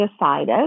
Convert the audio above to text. decided